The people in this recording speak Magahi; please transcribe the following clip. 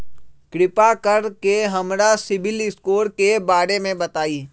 कृपा कर के हमरा सिबिल स्कोर के बारे में बताई?